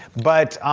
but,